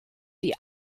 die